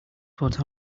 put